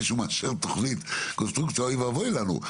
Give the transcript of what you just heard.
שהוא מאשר תוכנית אז אוי ואבוי לנו.